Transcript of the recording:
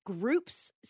groups